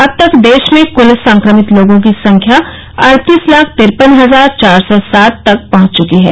अब तक देश में क्ल संक्रमित लोगों की संख्या अड़तीस लाख तिरपन हजार चार सौ सात तक पहंच चुकी है